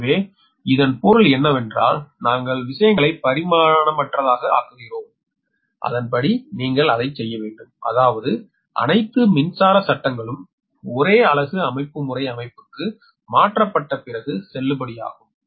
எனவே இதன் பொருள் என்னவென்றால் நாங்கள் விஷயங்களை பரிமாணமற்றதாக ஆக்குகிறோம் அதன்படி நீங்கள் அதைச் செய்ய வேண்டும் அதாவது அனைத்து மின்சார சட்டங்களும் ஒரே அலகு அமைப்புமுறை அமைப்புக்கு மாற்றப்பட்ட பிறகு செல்லுபடியாகும்